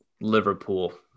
Liverpool